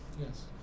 yes